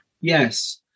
Yes